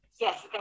Yes